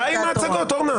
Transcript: די עם ההצגות, אורנה.